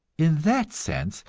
in that sense,